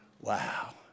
Wow